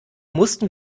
mussten